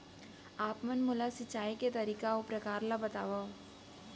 आप मन मोला सिंचाई के तरीका अऊ प्रकार ल बतावव?